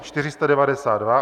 492.